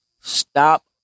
Stop